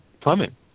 plumbing